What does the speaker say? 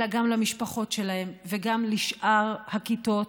אלא גם למשפחות שלהם וגם לשאר הכיתות,